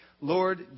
Lord